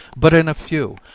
but in a few,